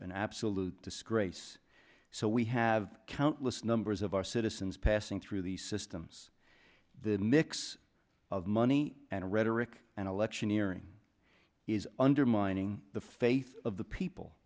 an absolute disgrace so we have countless numbers of our citizens passing through these systems the mix of money and rhetoric and electioneering is undermining the faith of the people